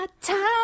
Time